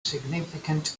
significant